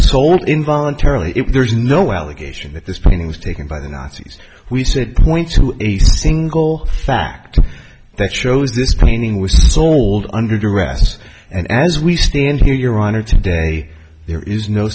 told in voluntarily if there is no allegation that this painting was taken by the nazis we said point to a single fact that shows this painting was sold under duress and as we stand here your honor today there is no